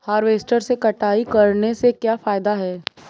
Harvester से कटाई करने से क्या फायदा है?